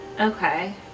Okay